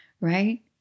right